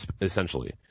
essentially